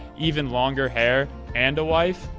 even longer hair, and a wife?